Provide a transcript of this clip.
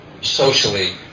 socially